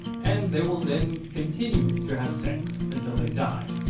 and they will then continue to have sex, until they die.